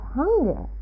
hunger